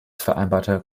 vereinbarte